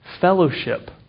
Fellowship